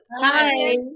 hi